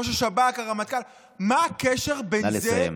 אבל השר, משפט לסיכום.